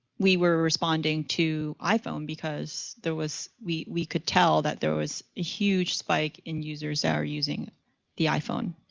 we were responding to iphone because there was, we we could tell that there was a huge spike in users that ah were using the iphone.